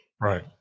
Right